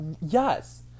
yes